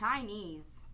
Chinese